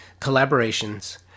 collaborations